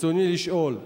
רצוני לשאול: